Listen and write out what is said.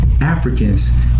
Africans